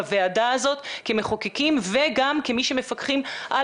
בוועדה הזו כמחוקקים וגם כמי שמפקחים על